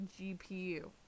GPU